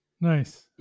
Nice